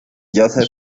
josef